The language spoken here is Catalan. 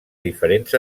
diferents